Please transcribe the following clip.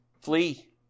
flee